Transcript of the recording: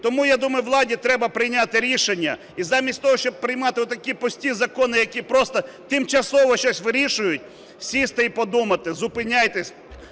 Тому, я думаю, владі треба прийняти рішення і замість того, щоб приймати отакі пусті закони, які просто тимчасово щось вирішують, сісти і подумати. Зупиняйтесь!